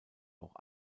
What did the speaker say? auch